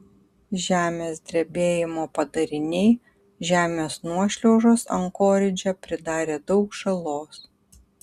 žemės drebėjimo padariniai žemės nuošliaužos ankoridže pridarė daug žalos